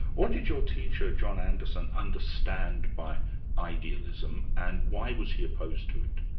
what did your teacher, john anderson, understand by idealism, and why was he opposed to it?